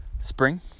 Spring